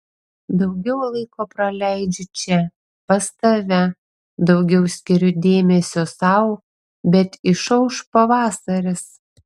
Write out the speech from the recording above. daugiau laiko praleidžiu čia pas tave daugiau skiriu dėmesio sau bet išauš pavasaris